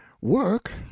work